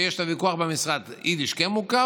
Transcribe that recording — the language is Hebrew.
ויש על זה ויכוח במשרד: יידיש כן מוכר